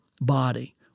body